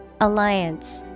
Alliance